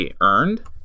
Earned